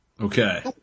Okay